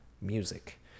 music